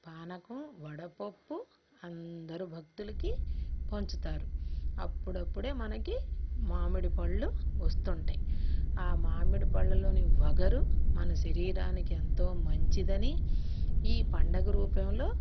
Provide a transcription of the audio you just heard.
పానకం వడపప్పు అందరు భక్తులకి పంచుతారు అప్పుడప్పుడే మనకి మామిడి పండ్లు వస్తుంటాయి ఆ మామిడిపళ్ళలోని వగరు మన శరీరానికి ఎంతో మంచిదని ఈ పండగ రూపంలో